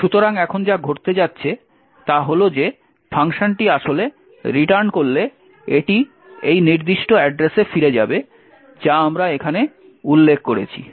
সুতরাং এখন যা ঘটতে যাচ্ছে তা হল যে ফাংশনটি আসলে রিটার্ন করলে এটি এই নির্দিষ্ট অ্যাড্রেসে ফিরে যাবে যা আমরা এখানে উল্লেখ করেছি